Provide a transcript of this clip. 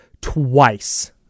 twice